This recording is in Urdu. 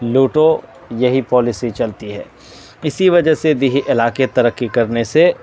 لوٹو یہی پالیسی چلتی ہے اسی وجہ سے دیہی علاقے ترقی کرنے سے